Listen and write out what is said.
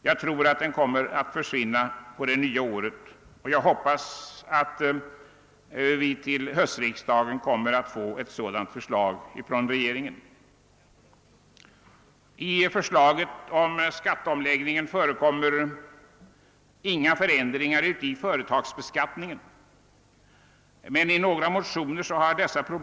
Jag tror att den skatten kommer att försvinna nästa år och hoppas att vi får ett förslag därom från regeringen till höstriksdagen. I förslaget om skatteomläggningen förekommer inga ändringar i företagsbeskattningen, men denna har tagits upp i några motioner.